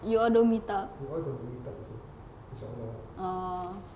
you all don't meet up oh